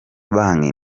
banki